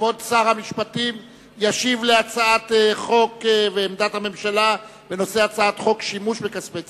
כבוד שר המשפטים ישיב את עמדת הממשלה בנושא הצעת חוק שימוש בכספי ציבור.